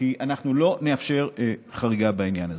כי אנחנו לא נאפשר חריגה בעניין הזה.